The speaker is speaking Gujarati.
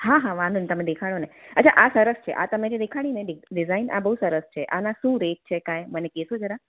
હા હા વાંધો નહીં તમે દેખાડોને અચ્છા આ સરસ છે આ તમે જે દેખાડીને ડિઝાઈન આ બહુ સરસ છે આના શું રેટ છે કંઈ મને કહેશો જરા